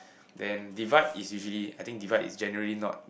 then divide is usually I think divide is generally not